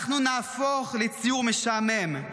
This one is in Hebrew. אנחנו נהפוך לציור משעמם,